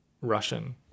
Russian